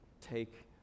take